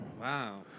Wow